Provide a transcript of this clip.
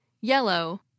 yellow